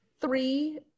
three